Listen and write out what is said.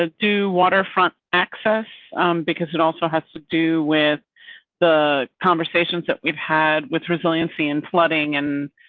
ah due waterfront access because it also has to do with the conversations that we've had with resiliency and flooding and.